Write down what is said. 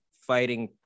fighting